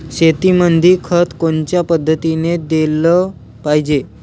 शेतीमंदी खत कोनच्या पद्धतीने देलं पाहिजे?